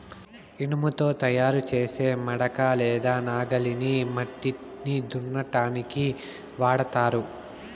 ఇనుముతో తయారు చేసే మడక లేదా నాగలిని మట్టిని దున్నటానికి వాడతారు